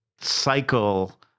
cycle